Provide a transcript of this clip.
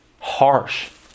harsh